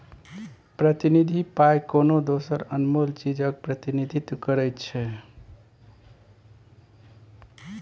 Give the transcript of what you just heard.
प्रतिनिधि पाइ कोनो दोसर अनमोल चीजक प्रतिनिधित्व करै छै